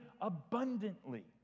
abundantly